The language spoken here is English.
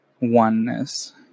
oneness